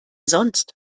sonst